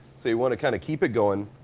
so you want to kind of keep it goin'.